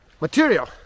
material